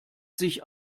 sich